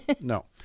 no